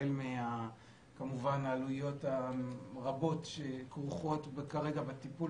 החל מהעלויות הרבות שכרוכות כרגע בטיפול